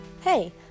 Hey